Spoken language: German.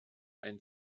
ein